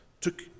took